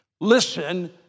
Listen